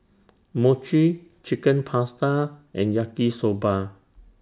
Mochi Chicken Pasta and Yaki Soba